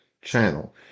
channel